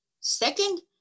second